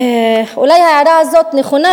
אולי ההערה הזאת נכונה,